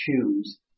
choose